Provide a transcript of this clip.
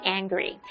angry 。